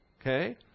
okay